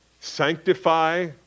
sanctify